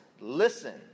Listen